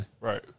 Right